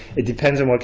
it depends on what